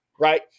right